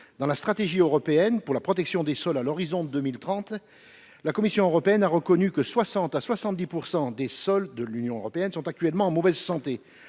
Dans la Stratégie européenne pour la protection des sols à l’horizon de 2030, la Commission européenne a reconnu que 60 % à 70 % des sols de l’UE étaient actuellement en mauvaise santé,